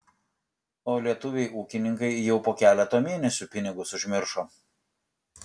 o lietuviai ūkininkai jau po keleto mėnesių pinigus užmiršo